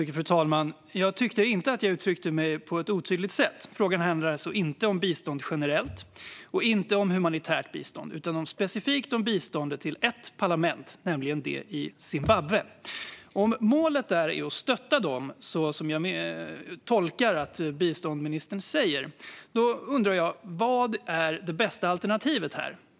Fru talman! Jag tyckte inte att jag uttryckte mig på ett otydligt sätt. Frågan handlar alltså inte om bistånd generellt och inte om humanitärt bistånd. Den handlar specifikt om biståndet till ett parlament, nämligen det i Zimbabwe. Om målet är att stötta det, som jag tolkar det som biståndsministern säger, undrar jag: Vad är det bästa alternativet?